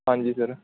ਹਾਂਜੀ ਸਰ